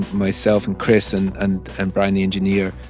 myself and chris and and and brian, the engineer,